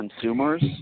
consumers